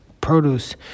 produce